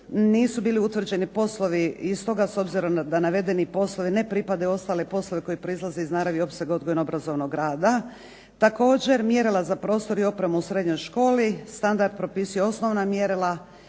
nisu bili utvrđeni poslovi i stoga s obzirom da navedeni poslovi ne pripadaju u ostale poslove koji proizlaze iz naravi i opsega odgojno-obrazovnog rada. Također mjerila za prostor i opremu u srednjoj školi. Standard propisuje osnovna mjerila